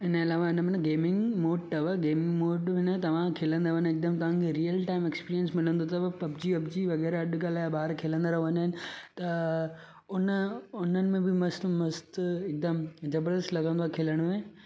हिनजे अलावा हिन में न गेमिंग मोड अथव गेमिंग मोड में न तव्हां खिलंदव न हिकदमि तव्हांखे रियल टाइम एक्सपीरियंस मिलंदो अथव पब्जी वब्जी वग़ैरह अॼुकल्ह आहे ॿार खिलंदा रहंदा आहिनि त हुन उन्हनि में बि मस्तु मस्तु हिकदमि ज़बरदस्त लॻंदो आहे खिलण में